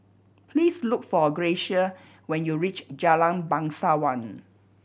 please look for Gracia when you reach Jalan Bangsawan